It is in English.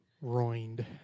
Ruined